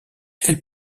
elle